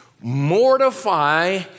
mortify